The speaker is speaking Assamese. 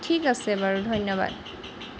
ঠিক আছে বাৰু ধন্যবাদ